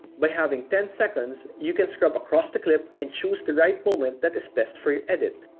by having ten seconds, you can scrub across the clip, and choose the right moment that is best for your edit.